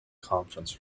conference